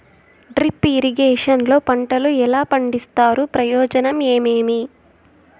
Drip irrigation లో పంటలు ఎలా పండిస్తారు ప్రయోజనం ఏమేమి?